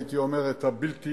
הייתי אומר את הבלתי-ייאמן,